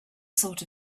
sort